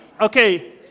okay